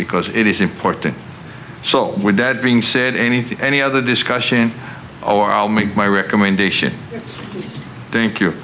because it is important so with that being said anything any other discussion or i'll make my recommendation thank you